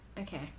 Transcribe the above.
Okay